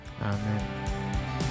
Amen